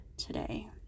today